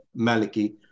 Maliki